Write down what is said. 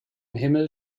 himmel